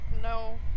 No